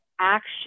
action